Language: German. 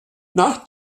nach